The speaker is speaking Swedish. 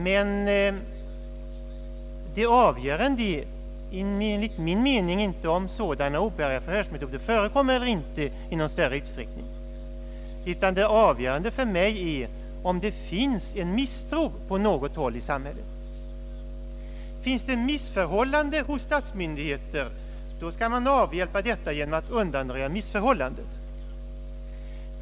Men det avgörande är enligt min mening inte om sådana förhörsmetoder förekommer eller inte i någon större utsträckning, utan det avgörande för mig är om det finns en misstro på något håll i samhället. Finns det missförhållanden hos statliga myndigheter, då skall man avhjälpa dessa genom att undanröja missförhållandena.